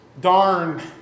Darn